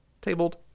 tabled